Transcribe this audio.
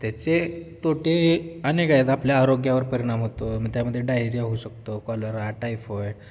त्याचे तोटे अनेक आहेत आपल्या आरोग्यावर परिणाम होतो त्यामध्ये डायरिया होऊ शकतो कलरा टायफॉइड